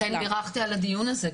לכן בירכתי על הדיון הזה,